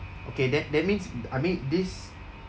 okay that that means I mean this